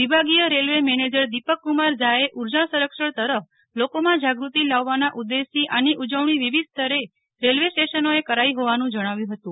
વિભાગીય railway manager Deepakkumar ઝાએ ઉર્જા સંરક્ષણ તરફ લોકોમાં જાગૃતિ લાવવાના ઉદેશથી આની ઉજવણી વિવિધ સ્તરે રેલવે સ્ટેશનોએ કરાઈ હોવાનું જણાવ્યું હતું